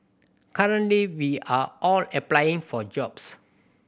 currently we are all applying for jobs